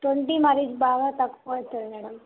twenty మరీ బాగా తక్కువ అవుతుంది మ్యాడమ్